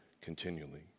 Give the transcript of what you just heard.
continually